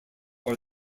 are